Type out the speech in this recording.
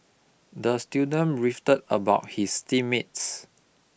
the student beefed about his team mates